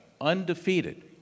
undefeated